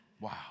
Wow